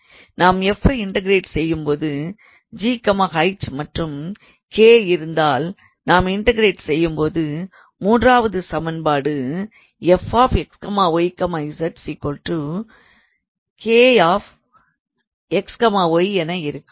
நாம் f ஐ integrate செய்யும் போது gh மற்றும் k இருந்தால் நாம் இன்டகரேட் செய்யும் போது மூன்றாவது சமன்பாடுஎன இருக்கும்